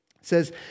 says